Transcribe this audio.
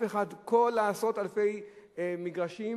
כל עשרות אלפי המגרשים,